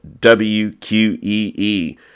WQEE